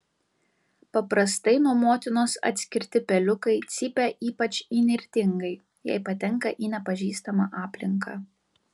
paprastai nuo motinos atskirti peliukai cypia ypač įnirtingai jei patenka į nepažįstamą aplinką